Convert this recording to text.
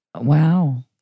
Wow